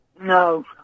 No